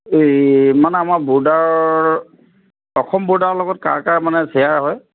এই মানে আমাৰ ব'ৰ্ডাৰ অসম ব'ৰ্ডাৰ লগত মানে কাৰ কাৰ শ্বেয়াৰ হয়